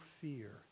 fear